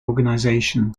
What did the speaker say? organization